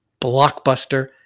blockbuster